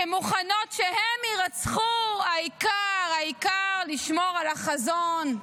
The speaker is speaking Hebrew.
שמוכנות שהם יירצחו, העיקר העיקר לשמור על החזון,